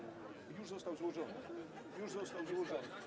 Już został złożony, już został złożony.